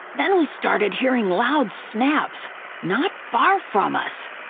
then we started hearing loud snaps not far from us,